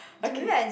okay